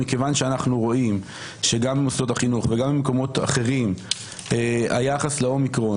מכיוון שאנחנו רואים שגם במוסדות החינוך וגם במקומות אחרים היחס לאומיקרון